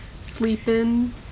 sleeping